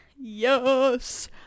Yes